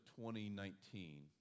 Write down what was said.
2019